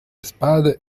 spade